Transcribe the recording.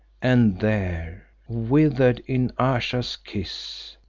and there, withered in ayesha's kiss,